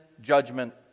judgment